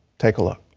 take a look.